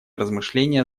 размышления